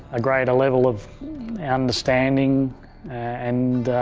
a greater level of and understanding and